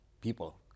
people